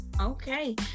Okay